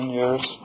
years